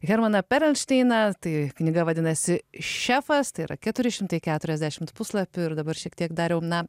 hermaną perelšteiną tai knyga vadinasi šefas tai yra keturi šimtai keturiasdešimt puslapių ir dabar šiek tiek dariau na